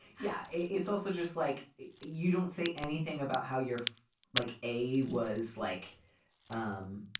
yeah it's also just like you don't say anything about how you're like a. was like um